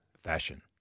Fashion